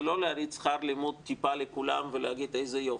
לא להוריד שכר לימוד טיפה לכולם ולהגיד איזה יופי,